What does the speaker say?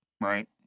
Right